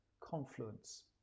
confluence